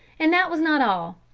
and that was not all.